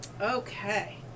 Okay